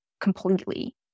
completely